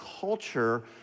culture